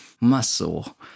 muscle